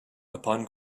upon